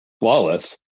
flawless